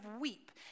weep